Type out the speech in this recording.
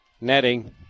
netting